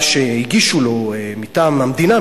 מה שהגישו לו מטעם המדינה,